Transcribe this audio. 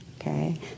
Okay